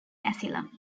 asylum